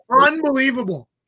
unbelievable